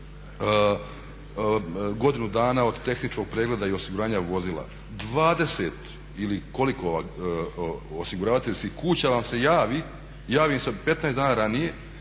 godinu dana od tehničkog pregleda i osiguranja vozila 20 ili koliko osiguravateljskih kuća vam se javi 15 dana ranije